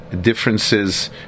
differences